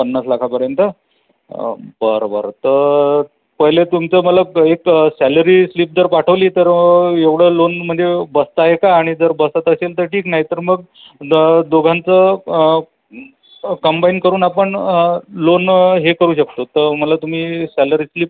पन्नास लाखापर्यंत बरं बरं तर पहिले तुमचं मला प एक सॅलरी स्लिप जर पाठवली तर एवढं लोन म्हणजे बसत आहे का आणि जर बसत असेल तर ठीक नाही तर मग द दोघांचं कम्बाईन करून आपण लोन हे करू शकतो तर मला तुम्ही सॅलरी स्लिप